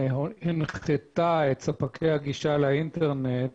הנחתה את ספקי הגישה לאינטרנט